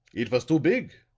it vos too big.